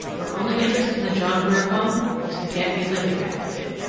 her only interest in the john grier home was to get a living out of it.